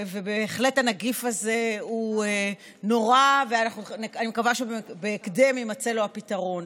ובהחלט הנגיף הזה נורא ואני מקווה שבהקדם יימצא לו הפתרון,